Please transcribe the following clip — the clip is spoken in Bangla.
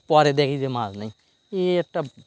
পরে দেখি যে মাছ নেই এই একটা